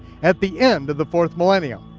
at the end of the fourth millennium.